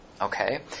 Okay